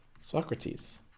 Socrates